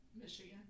Michigan